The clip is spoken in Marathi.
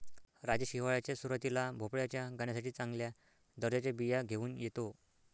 राजेश हिवाळ्याच्या सुरुवातीला भोपळ्याच्या गाण्यासाठी चांगल्या दर्जाच्या बिया घेऊन येतो